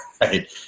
right